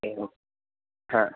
एवं हा